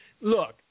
Look